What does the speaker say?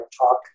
talk